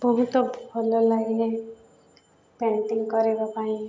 ବହୁତ ଭଲ ଲାଗେ ପେଣ୍ଟିଂ କରିବା ପାଇଁ